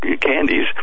candies